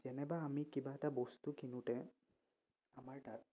যেনেবা আমি কিবা এটা বস্তু কিনোতে আমাৰ তাত